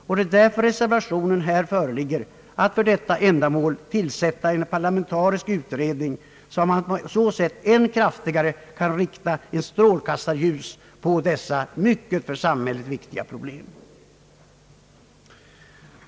Och det är därför reservationen föreligger med yrkandet att för detta ändamål skall tillsättas en parlamentarisk utredning, så att strålkastarljuset än kraftigare kan riktas på dessa för samhället mycket viktiga problem.